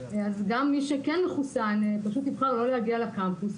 גם מי שכן מחוסן פשוט יבחר לא להגיע לקמפוס,